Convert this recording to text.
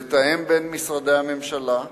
לתאם בין משרדי הממשלה,